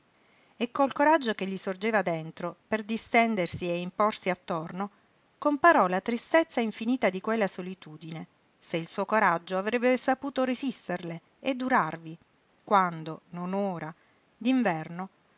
e col coraggio che gli sorgeva dentro per distendersi e imporsi attorno comparò la tristezza infinita di quella solitudine se il suo coraggio avrebbe saputo resisterle e durarvi quando non ora